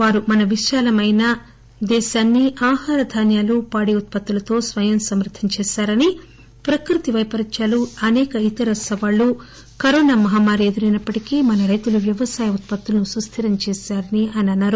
వారు మన విశాలమైన దేశాన్ని ఆహార ధాన్యాలు పాడి ఉత్పత్తులతో స్వయం సమృద్దం చేశారని ప్రకృతి వైపరీత్యాలు అసేక ఇతర సవాళ్లు కరోనా మహమ్మారి ఎదురైనప్పటికీ మన రైతులు వ్యవసాయ ఉత్పత్తులను సుస్థిరం చేశారన్నారు